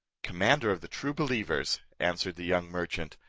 commander of the true believers, answered the young merchant,